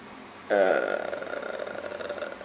err